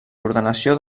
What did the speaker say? ordenació